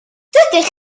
dydych